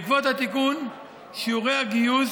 בעקבות התיקון שיעורי הגיוס